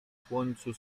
słońcu